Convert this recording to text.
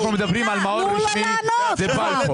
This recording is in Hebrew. אנחנו מדברים על מעון רשמי בבלפור,